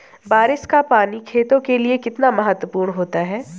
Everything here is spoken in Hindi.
बारिश का पानी खेतों के लिये कितना महत्वपूर्ण होता है?